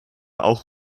auch